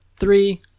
Three